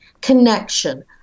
connection